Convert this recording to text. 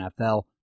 NFL